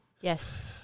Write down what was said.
Yes